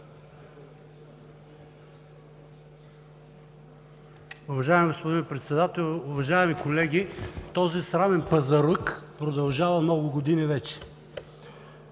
Уважаеми господин Председател, уважаеми колеги! Този срамен пазарлък продължава много години вече.